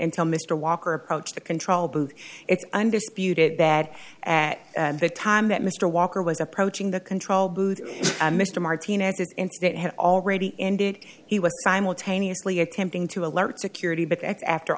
until mr walker approached the control booth it's undisputed bad at the time that mr walker was approaching the control booth mr martinez that it had already ended he was simultaneously attempting to alert security but after